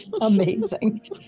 amazing